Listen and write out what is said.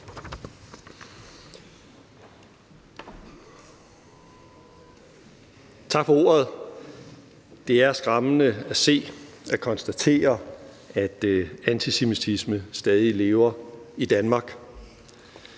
Tak for ordet. Det er skræmmende at se og konstatere, at antisemitisme stadig lever i Danmark.